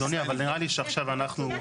אדוני, אבל נראה לי שעכשיו אנחנו.